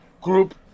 group